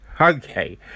okay